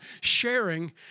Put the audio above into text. sharing